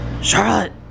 Charlotte